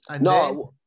No